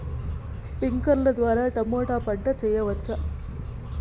స్ప్రింక్లర్లు ద్వారా టమోటా పంట చేయవచ్చా?